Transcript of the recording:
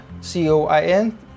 C-O-I-N